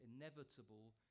inevitable